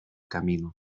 camino